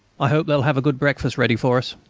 i hope they'll have a good breakfast ready for us.